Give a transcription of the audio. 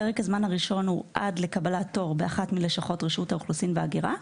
פרק הזמן הראשון הוא עד לקבלת תור באחת מלשכות רשות האוכלוסין וההגירה,